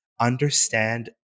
understand